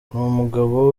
umugabo